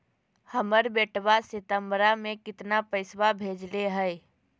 हमर बेटवा सितंबरा में कितना पैसवा भेजले हई?